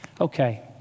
Okay